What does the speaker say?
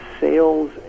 sales